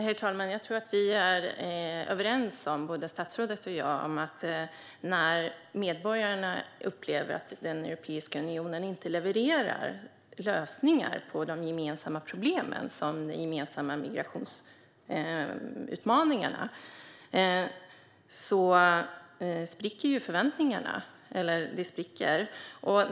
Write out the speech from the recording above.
Herr talman! Jag tror att både statsrådet och jag är överens om att när medborgarna upplever att Europeiska unionen inte levererar lösningar på de gemensamma problemen, som de gemensamma migrationsutmaningarna, spricker förväntningarna.